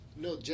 No